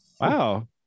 Wow